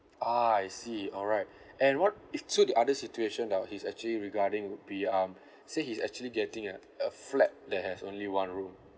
ah I see alright and what is two the other situation that was he's actually regarding would be um say he's actually getting a a flat that has only one room